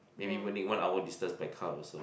maybe won't need one hour distance by car also